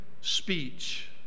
speech